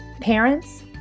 Parents